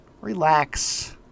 Relax